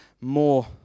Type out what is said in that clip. more